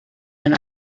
and